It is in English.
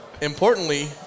Importantly